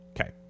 Okay